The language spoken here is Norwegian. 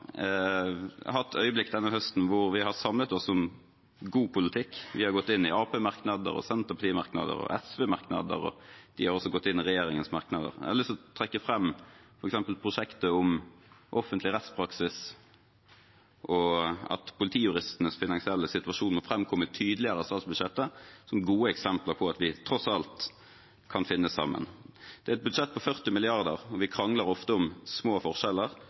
hatt øyeblikk denne høsten da vi har samlet oss om god politikk. Vi har gått inn i Arbeiderparti-merknader, Senterparti-merknader og SV-merknader, og de har gått inn i regjeringspartienes merknader. Jeg har lyst til å trekke fram prosjektet om offentlig rettspraksis og at politijuristenes finansielle situasjon må framkomme tydeligere på statsbudsjettet, som gode eksempler på at vi tross alt kan finne sammen. Det er et budsjett på 40 mrd. kr, og vi krangler ofte om små forskjeller,